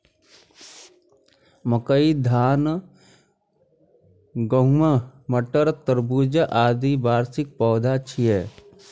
मकई, धान, गहूम, मटर, तरबूज, आदि वार्षिक पौधा छियै